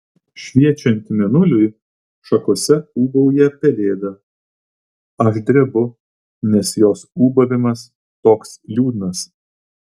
šviečiant mėnuliui šakose ūbauja pelėda aš drebu nes jos ūbavimas toks liūdnas